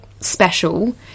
special